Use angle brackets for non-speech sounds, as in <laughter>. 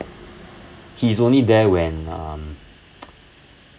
he's only there when um <noise>